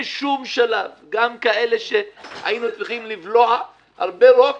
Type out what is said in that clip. בשום שלב, גם כאלה שהיינו צריכים לבלוע הרבה רוק